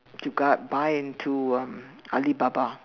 to guard buy into um Alibaba